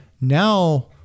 Now